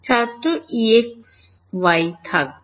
ছাত্র Ey থাকবে